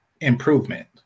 improvement